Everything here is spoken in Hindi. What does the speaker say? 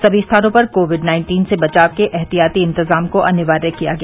सभी स्थानों पर कोविड नाइन्टीन से बचाव के एहतियाती इन्तजाम को अनिवार्य किया गया